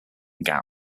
gown